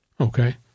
okay